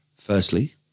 Firstly